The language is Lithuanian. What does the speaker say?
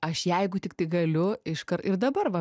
aš jeigu tiktai galiu iškart ir dabar va